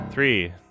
Three